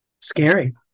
scary